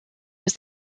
was